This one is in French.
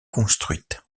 construite